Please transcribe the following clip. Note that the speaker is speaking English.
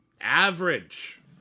average